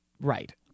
Right